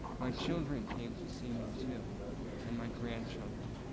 my children came to see me too and my grandchildren,